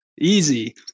Easy